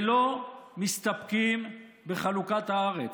ולא מסתפקים בחלוקת הארץ,